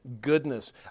goodness